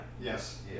Yes